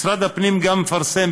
משרד הפנים גם מפרסם,